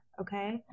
okay